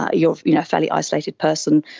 ah you're you know a fairly isolated person,